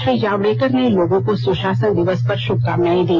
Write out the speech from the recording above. श्री जावड़ेकर ने लोगों को सुशासन दिवस पर शुभकामनाएं दी